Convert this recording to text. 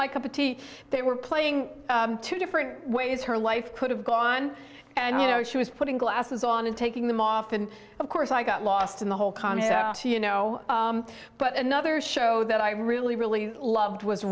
my cup of tea they were playing two different ways her life could have gone on and you know she was putting glasses on and taking them off and of course i got lost in the whole comedy but another show that i really really loved was